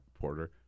Porter